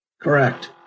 Correct